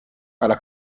alla